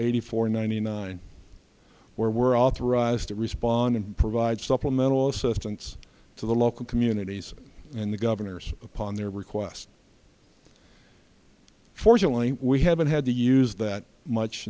eighty four ninety nine where we're authorized to respond and provide supplemental assistance to the local communities and the governors upon their requests fortunately we haven't had to use that much